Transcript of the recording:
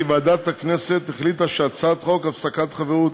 כי ועדת הכנסת החליטה שהצעת חוק הפסקת חברות